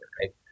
right